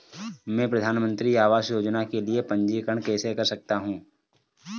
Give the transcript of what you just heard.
मैं प्रधानमंत्री आवास योजना के लिए पंजीकरण कैसे कर सकता हूं?